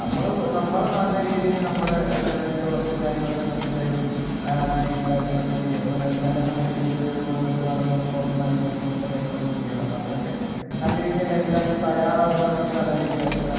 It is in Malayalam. നമ്മള് നമ്മള് നല്ല രീതിയില് നമ്മുടെ വീട്ടുവളപ്പിലും കാര്യങ്ങളൊക്കെ പച്ചക്കറികളും കൃഷിയും കാര്യങ്ങളൊക്കെ ചെയ്യാ ഇപ്പോ നെല്ലൊക്കെ നല്ല രീതിയില് നമ്മള് വെക്കുവാണെങ്കിൽ നമ്മള് പുറത്തുനിന്ന് അരി മേടിക്കുക അങ്ങനത്തെ കാര്യങ്ങളൊന്നും ചെയ്യണ്ട അപ്പം അതിനൊക്കെ നല്ല രീതിയിൽ എല്ലാവരും തയ്യാറാവുകയാണെങ്കിൽ അതായിരിക്കും ഏറ്റവും നല്ല